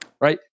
Right